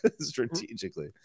strategically